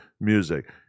music